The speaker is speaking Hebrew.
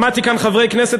שמעתי כאן חברי כנסת,